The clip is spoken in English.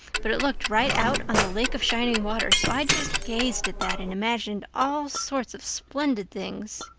but it looked right out on the lake of shining waters, so i just gazed at that and imagined all sorts of splendid things.